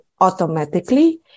automatically